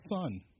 son